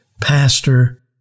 pastor